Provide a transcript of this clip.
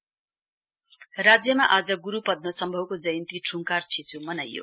festival राज्यमा आज गुरु पद्मसम्भव को जयन्ती ठुङ्कार छेचु मनाइयो